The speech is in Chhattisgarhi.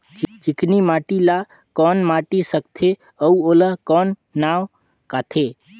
चिकनी माटी ला कौन माटी सकथे अउ ओला कौन का नाव काथे?